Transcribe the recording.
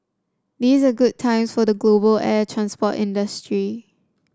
good times for the global air transport industry